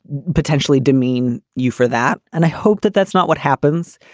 potentially demean you for that. and i hope that that's not what happens.